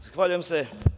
Zahvaljujem se.